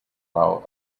while